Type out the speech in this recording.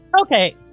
Okay